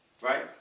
right